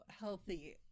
healthy